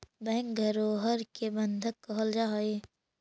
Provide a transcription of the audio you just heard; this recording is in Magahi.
बैंक धरोहर के बंधक कहल जा हइ